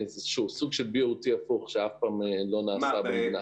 איזשהו סוג של BOT הפוך שאף פעם לא נעשה במדינת